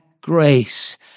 grace